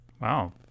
Wow